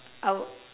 I'll